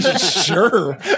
Sure